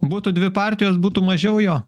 būtų dvi partijos būtų mažiau jo